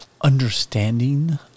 understanding